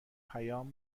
پیام